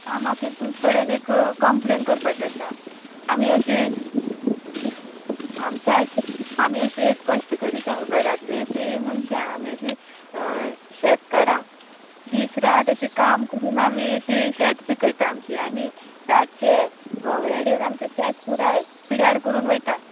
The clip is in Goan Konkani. म्हाका एक तुमचे कडेन एक कम्प्लेन करपाची आसा आमी अशी आमच्या आमी अशी एक कश्टकरी घरांतलीं अशीं मनशां आमी अशी शेतकारां दीस रात अशीं काम करून आमी अशी शेत पिकयता आमचें आनी रातचे गवेरेडे येवन आमचे शेत पुराय पिड्यार करून वयता